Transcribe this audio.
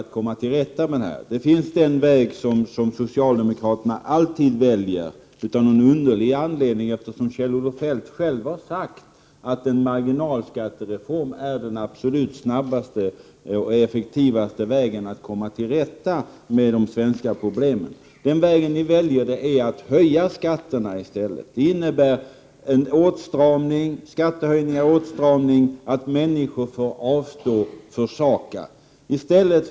För det första gäller det då den väg som socialdemokraterna av någon underlig anledning alltid väljer - Kjell-Olof Feldt har ju själv sagt att en marginalskattereform är den absolut snabbaste och effektivaste vägen när det gäller att komma till rätta med de svenska problemen. Ert val innebär skattehöjningar och åtstramningar samt att människor får göra försakelser.